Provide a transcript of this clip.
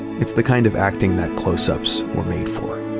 it's the kind of acting that close-ups were made for.